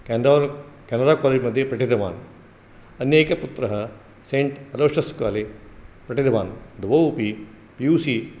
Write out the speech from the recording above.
Canara Canara college मध्ये पठितवान् अन्येक पुत्रः सैण्ट् अलोषियस् कालेज् पठितवान् द्वौ अपि पि यु सि